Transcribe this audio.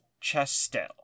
Chastel